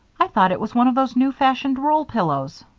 i thought it was one of those new-fashioned roll pillows.